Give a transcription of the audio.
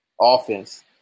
offense